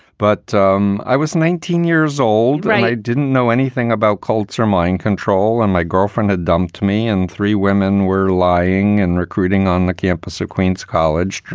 but um i was nineteen years old. i didn't know anything about cults or mind control. and my girlfriend had dumped me. and three women were lying and recruiting on the campus of queens college,